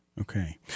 Okay